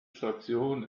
station